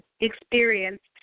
experienced